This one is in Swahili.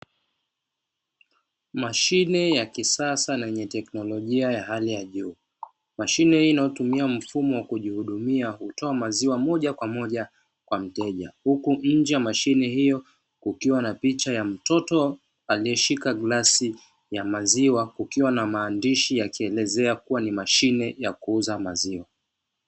Mashine ya kisasa yenye teknolojia ya hali ya juu. Mashine hii inayotumia mfumo wa kujihudumia hutoa maziwa moja kwa moja kwa mteja, huku nje ya mashine hiyo kukiwa na picha ya mtoto aliyeshika glasi ya maziwa kukiwa na maandishi yakielezea kuwa ni mashine ya kuuza maziwa.